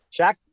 Shaq